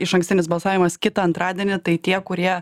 išankstinis balsavimas kitą antradienį tai tie kurie